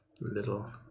little